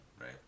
Right